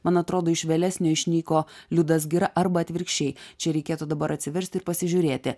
man atrodo iš vėlesnio išnyko liudas gira arba atvirkščiai čia reikėtų dabar atsiversti ir pasižiūrėti